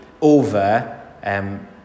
over